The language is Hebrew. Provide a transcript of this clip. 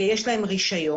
יש להם רישיון,